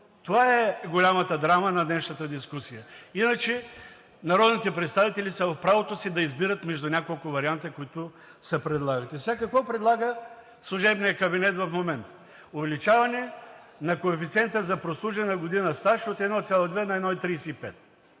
Това е голямата драма на днешната дискусия. Иначе народните представители са в правото си да избират между няколко варианта, които се предлагат. И сега, какво предлага служебният кабинет в момента? Увеличаване на коефициента за прослужена година стаж от 1,2 на 1,35,